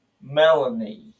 melanie